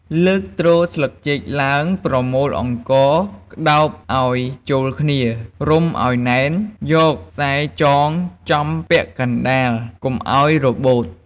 លើកទ្រស្លឹកចេកឡើង ប្រមូលអង្ករក្ដោបឱ្យចូលគ្នា រុំឱ្យណែន យកខ្សែចងចំពាក់កណ្ដាលកុំឱ្យរបូត។